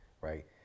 right